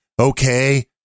okay